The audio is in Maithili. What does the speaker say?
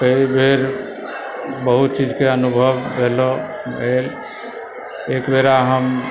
कई बेर बहुत चीजके अनुभव लेलहुँ भेल एक बेरा हम